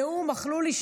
בנאום ה"אכלו לי,